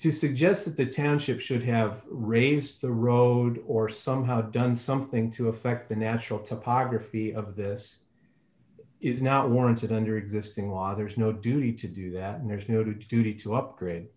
to suggest that the township should have raised the road or somehow done something to affect the natural topography of this is not warranted under existing law there's no duty to do that and there's no duty to upgrade